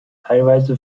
teilweise